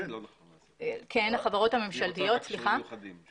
החברות הממשלתיות -- זה לא נחוץ.